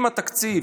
אם בתקציב